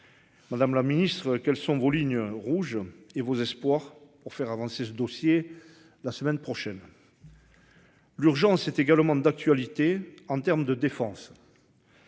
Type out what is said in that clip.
Madame la Ministre quelles sont vos lignes rouges et vos espoirs pour faire avancer ce dossier la semaine prochaine.-- L'urgence est également d'actualité en termes de défense.--